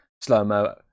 slow-mo